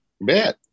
Bet